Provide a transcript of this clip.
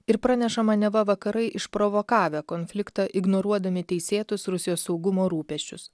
ir pranešama neva vakarai išprovokavę konfliktą ignoruodami teisėtus rusijos saugumo rūpesčius